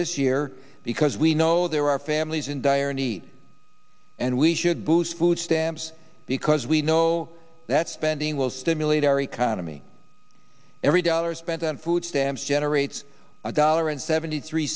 this year because we know there are families in dire need and we should boost food stamps because we know that spending will stimulate our economy every dollar spent on food stamps generates a dollar and seventy three